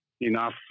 enough